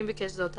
אם ביקש זאת האסיר.